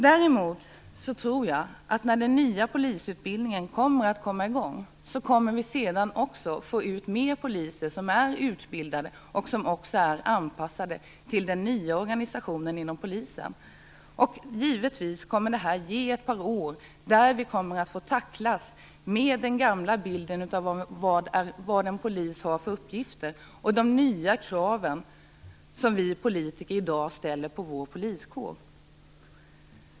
Däremot tror jag att vi kommer att få ut fler poliser som är anpassade till den nya organisationen inom polisen när den nya polisutbildningen kommer i gång. Givetvis kommer vi under ett par år att få tacklas med den gamla bilden av polisens uppgifter och de nya krav som vi politiker ställer på vår poliskår.